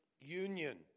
union